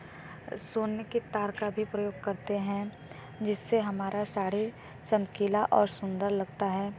सोने के तार का भी प्रयोग करते हैं जिससे हमारा साड़ी चमकीला और सुंदर लगता है